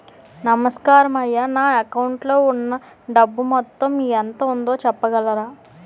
నమస్కారం అయ్యా నా అకౌంట్ లో ఉన్నా డబ్బు మొత్తం ఎంత ఉందో చెప్పగలరా?